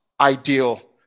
ideal